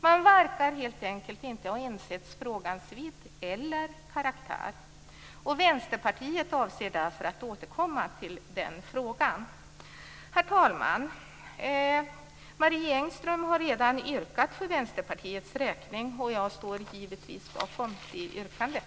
Man verkar helt enkelt inte ha insett frågans vidd eller karaktär. Vänsterpartiet avser därför att återkomma till frågan. Herr talman! Marie Engstöm har redan yrkat för Vänsterpartiets räkning, och jag står givetvis bakom det yrkandet.